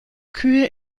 kühe